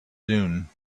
dune